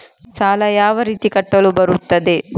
ಸಾಲ ಯಾವ ರೀತಿ ಕಟ್ಟಲು ಬರುತ್ತದೆ?